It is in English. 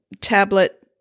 tablet